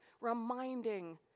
reminding